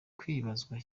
kwibazwa